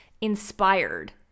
inspired